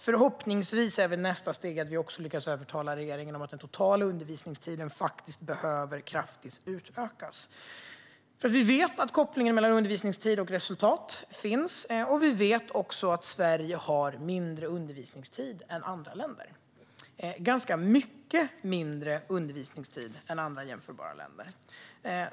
Förhoppningsvis är nästa steg att vi också lyckas övertyga regeringen om att den totala undervisningstiden faktiskt behöver utökas kraftigt. Vi vet att det finns en koppling mellan undervisningstid och resultat. Vi vet också att Sverige har mindre undervisningstid än andra länder, faktiskt ganska mycket mindre än jämförbara länder.